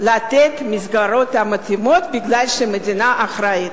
לתת את המסגרות המתאימות, כי המדינה אחראית.